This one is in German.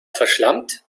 verschlampt